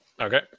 Okay